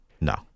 No